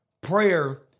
Prayer